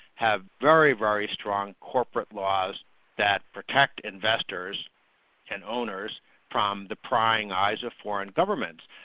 have very, very strong corporate laws that protect investors and owners from the prying eyes of foreign governments.